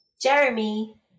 jeremy